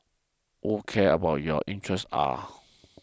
who cares about your interests are